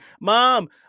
Mom